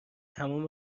تمام